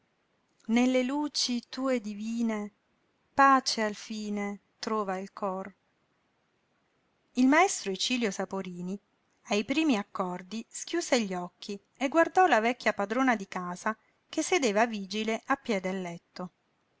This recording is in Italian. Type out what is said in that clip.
nelle luci tue divine pace alfine trova il cor il maestro icilio saporini ai primi accordi schiuse gli occhi e guardò la vecchia padrona di casa che sedeva vigile a piè del letto